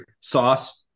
Sauce